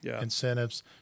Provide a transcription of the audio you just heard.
incentives